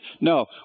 No